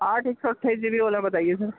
آٹھ ایک سو اٹھائیس جی بی والا بتائیے سر